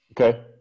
Okay